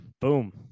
Boom